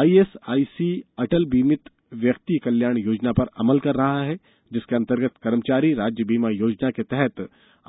ESIC Atal बीमित व्यक्ति कल्याण योजना पर अमल कर रहा है जिसके अंतर्गत कर्मचारी राज्य बीमा योजना के तहत